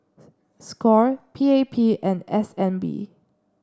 Score P A P and S N B